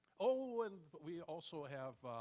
oh, and but we also have